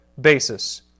basis